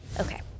Okay